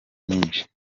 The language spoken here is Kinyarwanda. nyinshi